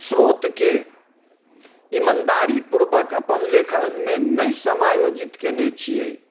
स्रोत के ईमानदारी पूर्वक अपन लेखन मे नहि समायोजित केने छियै